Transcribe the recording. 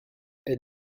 elle